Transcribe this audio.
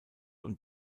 und